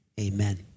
amen